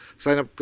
sign up,